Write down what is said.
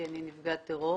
טרור.